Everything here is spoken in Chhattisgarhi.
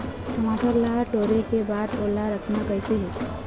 टमाटर ला टोरे के बाद ओला रखना कइसे हे?